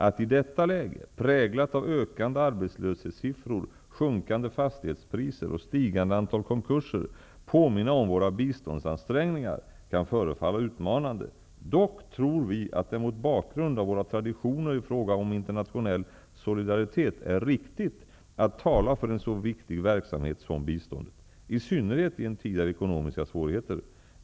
Att i detta läge, präglat av ökande arbetslöshetssiffror, sjunkande fastighetspriser och stigande antal konkurser, påminna om våra biståndsansträngningar kan förefalla utmanande. Dock tror vi att det mot bakgrund av våra traditioner i fråga om internationell solidaritet är riktigt att tala för en så viktig verksamhet som biståndet, i synnerhet i en tid av ekonomiska svårigheter.